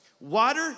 Water